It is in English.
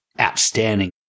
outstanding